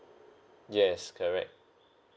yes correct